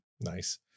Nice